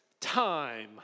time